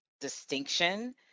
distinction